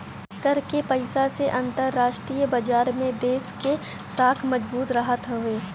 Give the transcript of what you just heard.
कर के पईसा से अंतरराष्ट्रीय बाजार में देस के साख मजबूत रहत हवे